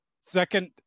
Second